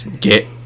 get